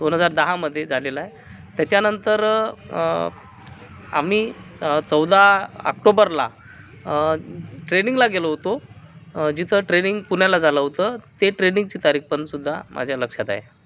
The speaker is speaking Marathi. दोन हजार दहामध्ये झालेलं आहे त्याच्यानंतर आम्ही चौदा आक्टोबरला ट्रेनिंगला गेलो होतो जिथं ट्रेनिंग पुण्याला झालं होतं ते ट्रेनिंगची तारीख पण सुद्धा माझ्या लक्षात आहे